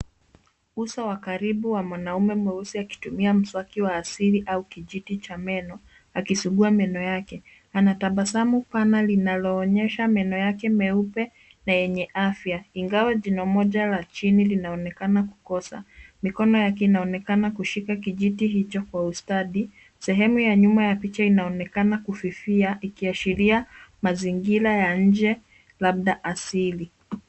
Uso wa karibu wa mwanaume mweusi akitumia mswaki wa asili au kijiti cha meno akisugua meno yake. Anatabasamu pana linaloonyesha meno yake meupe na yenye afya, ingawa jino moja la chini linaonekana kukosa. Mikono yake inaonekana kushika kijiti hicho kwa ustadi. Sehemu ya nyuma ya picha inaonekana kufifia ikiashiria mazingira ya nje labda asili.